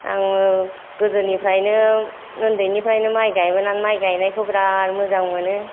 आङो गोदोनिफ्रायनो उन्दैनिफ्रायनो माइ गायबोनानै माइ गायनायखौ बिराट मोजां मोनो